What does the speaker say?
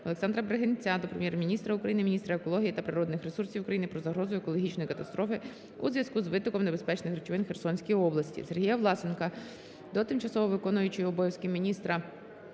Олександра Бригинця до Прем'єр-міністра України, міністра екології та природних ресурсів України про загрозу екологічної катастрофи, у зв'язку з витоком небезпечних речовин у Херсонській області. Сергія Власенка до тимчасово виконуючої обов'язки міністра